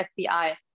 FBI